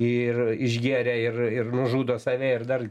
ir išgėrę ir ir nužudo save ir dar